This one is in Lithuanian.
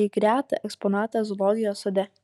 lyg retą eksponatą zoologijos sode